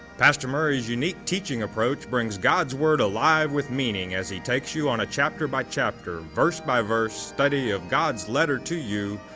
pastor murray's unique teaching approach brings god's word alive with meaning as he takes you on a chapter by chapter, verse by verse study of god's letter to you,